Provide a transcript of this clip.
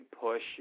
push